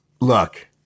look